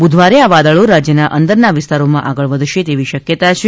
બુધવારે આ વાદળી રાજ્યના અંદરના વિસ્તારોમાં આગળ વધશે તેવી શક્યતા છે